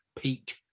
Peak